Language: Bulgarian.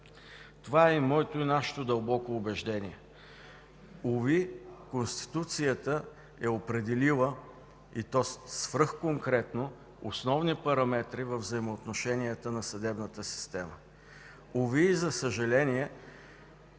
Това е моето и нашето дълбоко убеждение. Уви, Конституцията е определила и то свръхконкретно основни параметри във взаимоотношенията на съдебната система. Уви, за съжаление,